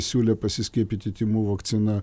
siūlė pasiskiepyti tymų vakcina